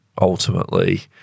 ultimately